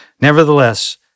Nevertheless